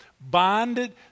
bonded